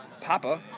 Papa